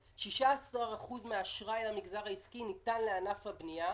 16% מן האשראי למגזר העסקי ניתן לענף הבנייה,